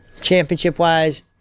Championship-wise